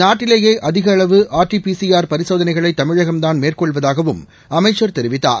நாட்டிலேயே அதிக அளவு R T P C R பரிசோதனைகளை தமிழகம்தான் மேற்கொள்வதாகவும் அமைச்சர் தெரிவித்தார்